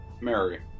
Mary